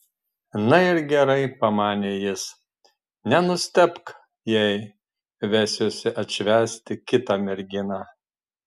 na ir gerai pamanė jis nenustebk jei vesiuosi atšvęsti kitą merginą